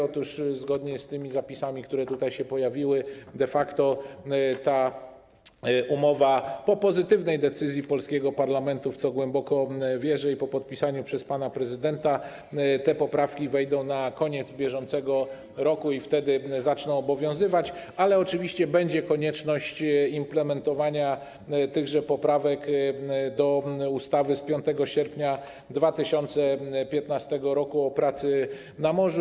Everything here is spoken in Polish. Otóż zgodnie z tymi zapisami, które się tutaj pojawiły, jeżeli de facto ta umowa uzyska pozytywną decyzję polskiego parlamentu, w co głęboko wierzę, i podpisze ją pan prezydent, te poprawki wejdą pod koniec bieżącego roku i wtedy zaczną obowiązywać, ale oczywiście będzie konieczność implementowania tychże poprawek do ustawy z dnia 5 sierpnia 2015 r. o pracy na morzu.